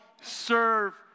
serve